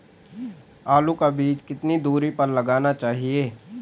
आलू का बीज कितनी दूरी पर लगाना चाहिए?